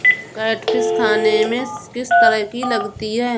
Catfish खाने में किस तरह की लगती है?